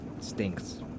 stinks